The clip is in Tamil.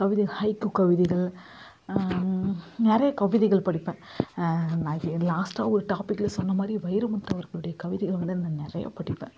கவிதை ஹைக்கூ கவிதைகள் நிறைய கவிதைகள் படிப்பேன் நான் லாஸ்ட்டாக ஒரு ட்டாபிக்ல சொன்னமாதிரி வைரமுத்து அவர்களுடைய கவிதைகள் வந்து நான் நிறைய படிப்பேன்